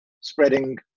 spreading